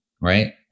right